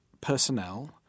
personnel